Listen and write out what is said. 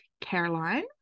Caroline